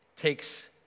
takes